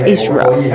Israel